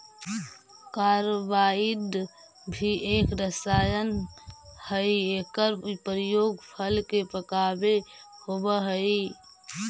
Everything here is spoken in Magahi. कार्बाइड भी एक रसायन हई एकर प्रयोग फल के पकावे होवऽ हई